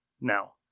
Now